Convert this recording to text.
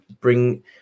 bring